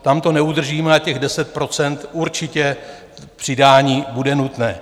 Tam to neudržíme na těch 10 %, určitě přidání bude nutné.